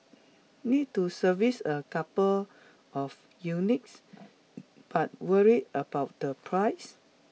need to service a couple of units but worried about the price